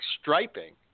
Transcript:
striping